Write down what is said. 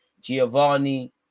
Giovanni